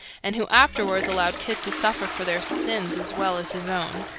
and who afterwards allowed kidd to suffer for their sins as well as his own.